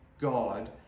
God